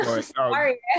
Sorry